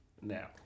now